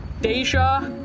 Deja